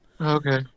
Okay